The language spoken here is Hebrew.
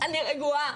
אני רגועה.